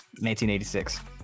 1986